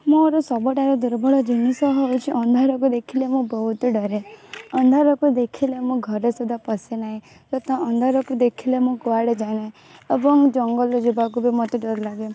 ମୋର ସବୁଠାରୁ ଦୁର୍ବଳ ଜିନିଷ ହେଉଛି ଅନ୍ଧାରକୁ ଦେଖିଲେ ମୁଁ ବହୁତ ଡରେ ଅନ୍ଧାରକୁ ଦେଖିଲେ ମୁଁ ଘରେ ସୁଦ୍ଧା ପଶେ ନାହିଁ ତଥା ଅନ୍ଧାରକୁ ଦେଖିଲେ ମୁଁ କୁଆଡ଼େ ଯାଏ ନାହିଁ ଏବଂ ଜଙ୍ଗଲ ଯିବାକୁ ବି ମୋତେ ଡର ଲାଗେ